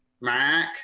Mac